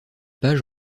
page